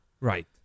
Right